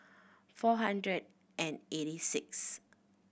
four hundred and eighty sixth